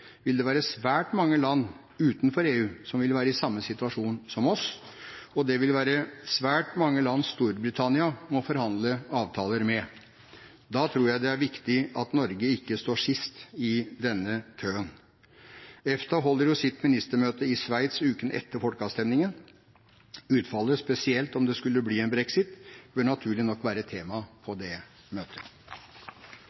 vil det være svært mange land utenfor EU som vil være i samme situasjon som oss, og det vil være svært mange land Storbritannia må forhandle avtaler med. Da tror jeg det er viktig at Norge ikke står sist i denne køen. EFTA holder jo sitt ministermøte i Sveits uken etter folkeavstemningen. Utfallet – spesielt om det skulle bli en «Brexit» – bør naturlig nok være et tema på